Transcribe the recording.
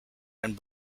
and